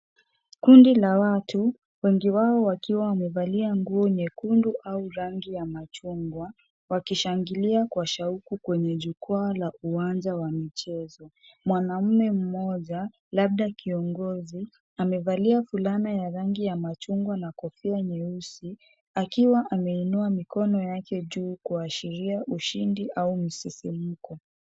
Kundi la watu, wengi wao wakiwa wamevalia nguo nyekundu, au rangi ya machungwa, wakishangilia kwa shauku kwenye jukuaa la uwanja wa michezo, mwanamme mmoja, labda kiongozi, amevalia fulana ya rangi ya machungwa na kofia nyeusi, akiwa ameinua mikono yake juu kuashilia ushindi au msisimko.